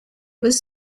was